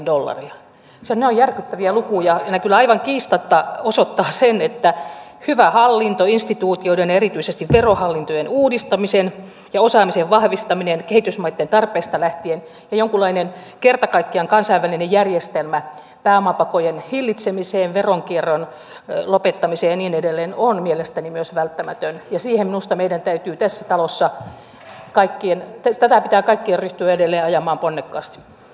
nämä ovat järkyttäviä lukuja ja ne kyllä aivan kiistatta osoittavat sen että hyvä hallinto instituutioiden ja erityisesti verohallintojen uudistaminen ja osaamisen vahvistaminen kehitysmaitten tarpeista lähtien ja jonkunlainen kerta kaikkiaan kansainvälinen järjestelmä pääomapakojen hillitsemiseen veronkierron lopettamiseen ja niin edelleen ovat mielestäni myös välttämättömiä ja tätä pitää minusta meidän kaikkien tässä talossa edelleen ryhtyä ajamaan ponnekkaasti